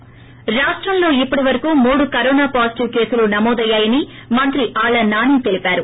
ి రాష్టంలో ఇప్పటి వరకూ మూడు కరోనా పాజిటివ్ కేసులు నమోదయ్యాయని మంత్రి ఆళ్లో నాని తెలిపారు